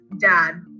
dad